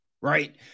right